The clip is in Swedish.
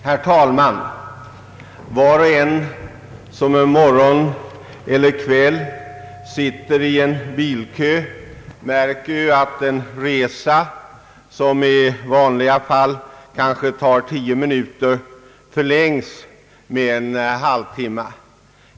Herr talman! Var och en som en morgon eller kväll sitter i en bilkö märker att en resa som i vanliga fall tar tio minuter förlängs med kanske en halv timme.